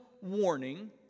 warning